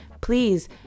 please